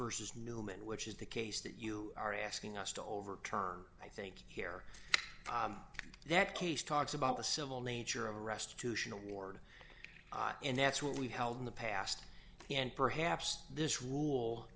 versus newman which is the case that you are asking us to overturn i think here that case talks about the civil nature of restitution award and that's what we've held in the past and perhaps this rule